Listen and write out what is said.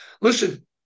Listen